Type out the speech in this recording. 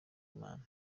imana